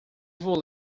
vou